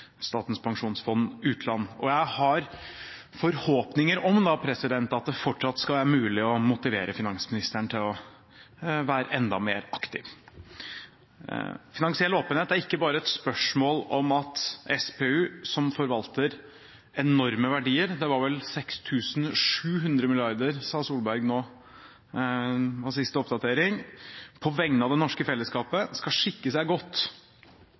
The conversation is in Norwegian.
Statens pensjonsfond utland, og jeg har forhåpninger om at det fortsatt skal være mulig å motivere finansministeren til å være enda mer aktiv. Finansiell åpenhet er ikke bare et spørsmål om at SPU, som forvalter enorme verdier – 6 750 mrd. kr, sa Tvedt Solberg nå var siste oppdatering – på vegne av det norske fellesskapet skal skikke seg